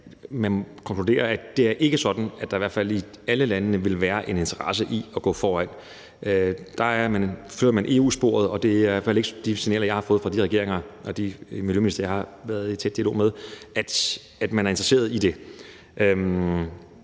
må konkludere, at det ikke er sådan, at der i alle landene vil være en interesse i at gå foran. Der følger man EU-sporet. Og det er i hvert fald ikke de signaler, jeg har fået fra de regeringer og de miljøministre, jeg har været i tæt dialog med, at man er interesseret i det.